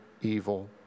evil